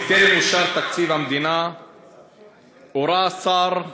בטרם אושר תקציב המדינה הורה השר,